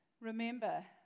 remember